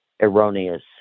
erroneous